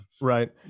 Right